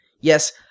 Yes